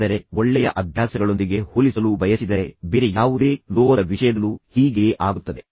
ಆದರೆ ನೀವು ಅದನ್ನು ಒಳ್ಳೆಯ ಅಭ್ಯಾಸಗಳೊಂದಿಗೆ ಹೋಲಿಸಲು ಬಯಸಿದರೆ ಬೇರೆ ಯಾವುದೇ ಲೋಹದ ವಿಷಯದಲ್ಲೂ ಹೀಗೆಯೇ ಆಗುತ್ತದೆ